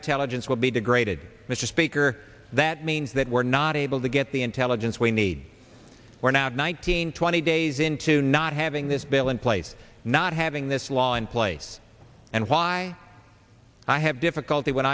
intelligence will be degraded mr speaker that means that we're not able to get the intelligence we need we're now one hundred twenty days into not having this bill in place not having this law in place and why i have difficulty when